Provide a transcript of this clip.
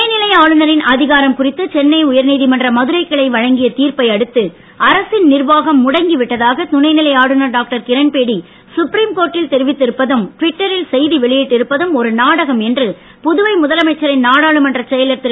துணைநிலை ஆளுநரின் அதிகாரம் குறித்து சென்னை உயர் நீதிமன்ற மதுரை கிளை வழங்கிய தீர்ப்பை அடுத்து அரசின் நிர்வாகம் முடங்கி விட்டதாக துணைநிலை ஆளுநர் டாக்டர் கிரண்பேடி சுப்ரீம் கோர்ட்டில் தெரிவித்து இருப்பதும் ட்விட்டரில் செய்தி வெளியிட்டு இருப்பதும் ஒரு நாடகம் என்று புதுவை முதலமைச்சரின் நாடாளுமன்றச் செயலர் திரு